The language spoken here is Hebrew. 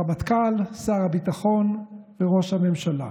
הרמטכ"ל, שר הביטחון וראש הממשלה.